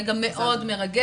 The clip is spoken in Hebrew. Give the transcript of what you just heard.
רגע מאוד מרגש